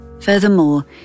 Furthermore